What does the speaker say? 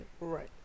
Right